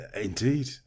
indeed